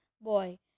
boy